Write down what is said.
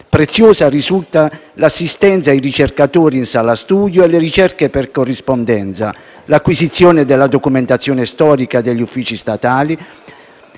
Preziosa risulta l'assistenza ai ricercatori in sala studio e le ricerche per corrispondenza, l'acquisizione della documentazione storica degli uffici statali,